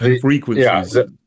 frequencies